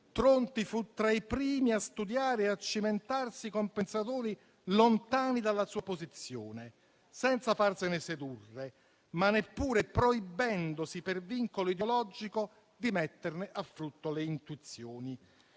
Tronti fu tra i primi a studiare e a cimentarsi con pensatori lontani dalla sua posizione, senza farsene sedurre, ma neppure proibendosi per vincolo ideologico di metterne a frutto le intuizioni.